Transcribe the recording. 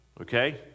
Okay